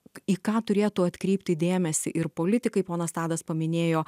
į ką turėtų atkreipti dėmesį ir politikai ponas tadas paminėjo